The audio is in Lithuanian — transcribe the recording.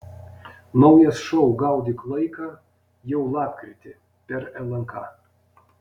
naujas šou gaudyk laiką jau lapkritį per lnk